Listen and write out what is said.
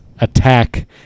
attack